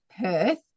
Perth